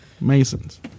Masons